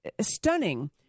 stunning